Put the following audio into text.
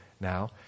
now